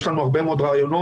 יש לנו הרבה מאוד רעיונות,